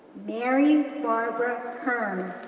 mary barbara kern,